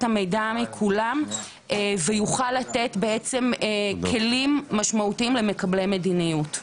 המידע מכולם ויוכל לתת בעצם כלים משמעותיים למקבלי מדיניות.